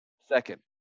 second